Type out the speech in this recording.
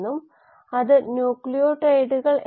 നിങ്ങൾ അവ വളരെ കർശനമായ രീതിയിൽ എടുക്കരുത്